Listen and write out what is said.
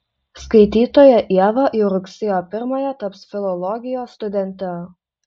skaitytoja ieva jau rugsėjo pirmąją taps filologijos studente